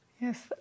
Yes